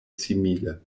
simile